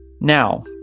Now